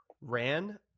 ran –